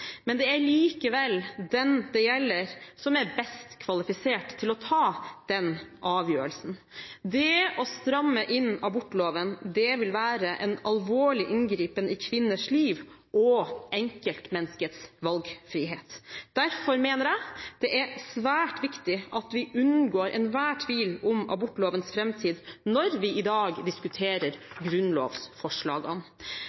Men det er likevel den det gjelder, som er best kvalifisert til å ta den avgjørelsen. Det å stramme inn abortloven vil være en alvorlig inngripen i kvinners liv og enkeltmenneskets valgfrihet. Derfor mener jeg det er svært viktig at vi unngår enhver tvil om abortlovens framtid når vi i dag